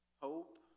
hope